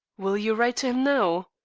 will you write to him now?